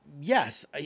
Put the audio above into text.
Yes